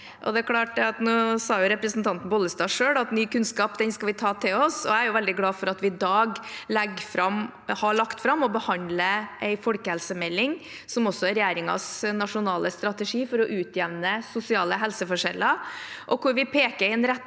helseforskjellar 2023 stad selv at ny kunnskap skal vi ta til oss. Jeg er veldig glad for at vi i dag har lagt fram og behandler en folkehelsemelding som også er regjeringens nasjonale strategi for å utjevne sosiale helseforskjeller, og hvor vi peker i en retning